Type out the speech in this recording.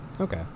Okay